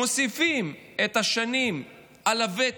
מוסיפים את השנים על הוותק,